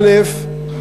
א.